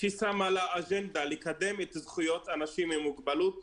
שהיא שמה לה אג'נדה לקדם את זכויות אנשים עם מוגבלות.